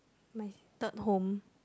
my third home